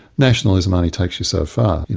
nationalism only takes you so far.